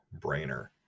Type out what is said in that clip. brainer